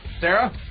Sarah